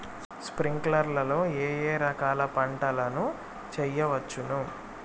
స్ప్రింక్లర్లు లో ఏ ఏ రకాల పంటల ను చేయవచ్చును?